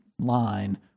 line